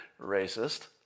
racist